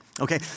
Okay